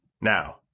now